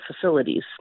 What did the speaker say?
facilities